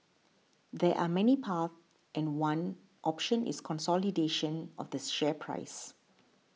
there are many paths and one option is consolidation of the share price